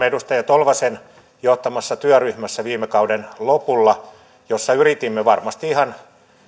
edustaja tolvasen johtamassa työryhmässä viime kauden lopulla jossa yritimme varmasti ihan